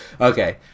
Okay